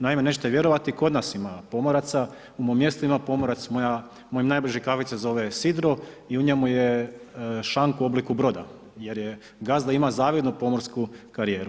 Naime, nećete vjerovati, kod nas ima pomoraca, u mom mjestu ima pomoraca, moj najbliži kafić se zove Sidro i u njemu je šank u obliku broda jer gazda ima zavidnu pomorsku karijeru.